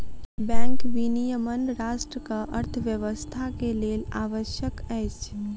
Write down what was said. bank विनियमन राष्ट्रक अर्थव्यवस्था के लेल आवश्यक अछि